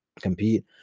compete